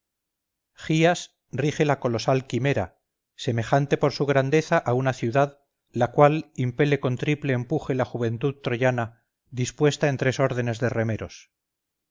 gías rige la colosal quimera semejante por su grandeza a una ciudad la cual impele con triple empuje la juventud troyana dispuesta en tres órdenes de remeros